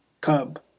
Cub